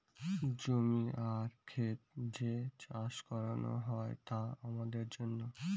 জমি আর খেত যে চাষ করানো হয় তা আমাদের জন্য